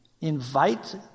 invite